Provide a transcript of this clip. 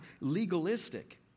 legalistic